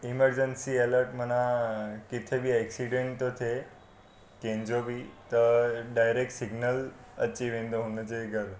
emergency alert माना किथे बि एक्सीडेंट थो थिए कंहिंजो बि त डायरेक्ट सिग्नल अची वेंदो हुनजे घरु